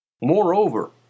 Moreover